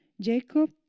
Jacob